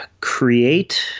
create